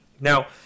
Now